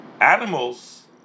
animals